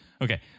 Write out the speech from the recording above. Okay